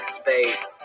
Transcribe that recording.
space